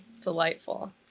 delightful